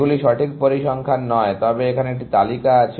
এগুলি সঠিক পরিসংখ্যান নয় তবে এখানে একটি তালিকা আছে